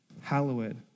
hallowed